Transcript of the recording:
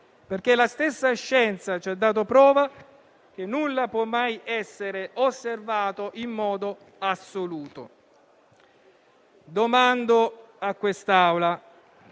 perché la stessa scienza ci ha dato prova che nulla può mai essere osservato in modo assoluto. Domando a quest'Assemblea